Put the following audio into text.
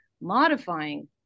modifying